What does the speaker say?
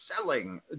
selling